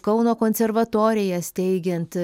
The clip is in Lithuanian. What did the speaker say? kauno konservatoriją steigiant